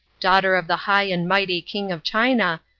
daughter of the high and mighty king of china,